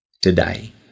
today